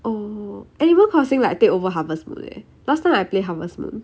oh animal crossing like take over harvest moon eh last time I play harvest moon